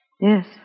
Yes